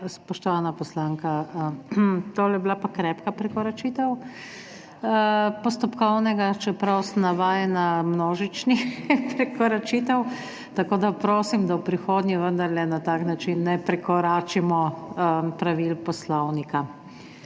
Spoštovana poslanka! Tole je bila pa krepka prekoračitev postopkovnega, čeprav sem navajena množičnih prekoračitev. Tako, da prosim, da v prihodnje vendarle na tak način ne prekoračimo pravil poslovnika…